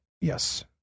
yes